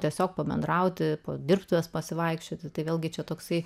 tiesiog pabendrauti po dirbtuves pasivaikščioti tai vėlgi čia toksai